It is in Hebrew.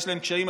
יש להם קשיים,